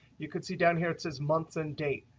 you can see down here it says months and date.